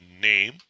name